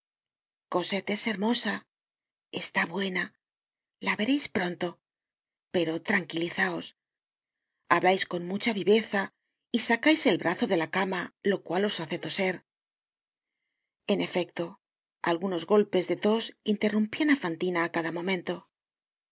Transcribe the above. es hermosa está buena le vereis pronto pero tranquilizaos hablais con mucha viveza y sacais el brazo de la cama lo cual os hace toser en efecto algunos golpes de tos interrumpían á fantina á cada momento